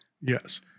Yes